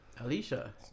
Alicia